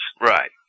Right